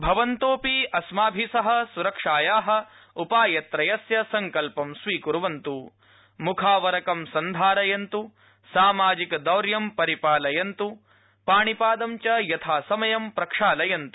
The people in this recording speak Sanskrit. भवन्तोऽपि अस्माभि सह सुरक्षाया उपायत्रयस्य सड्कल्प स्वीक्वन्त् मुखावरकं सन्धारयन्त् सामाजिकदौर्यं परिपालयन्तु पाणिपाद च यथासमयं प्रक्षालयन्तु